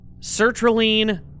sertraline